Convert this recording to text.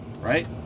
right